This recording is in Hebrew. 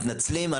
מתנצלים,